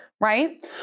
right